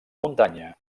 muntanya